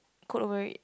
coat over it